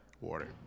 Water